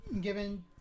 given